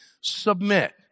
submit